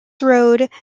road